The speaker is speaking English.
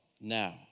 now